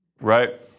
Right